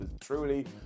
truly